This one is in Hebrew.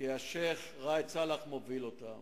כאשר השיח' ראאד סלאח מוביל אותם.